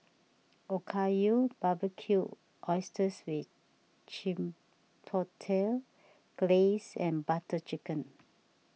Okayu Barbecued Oysters with Chipotle Glaze and Butter Chicken